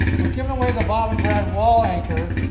we're givin' away the bob and brad wall anchor.